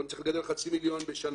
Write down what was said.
אני צריך להגיע ל-500,000 בשנה,